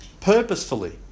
purposefully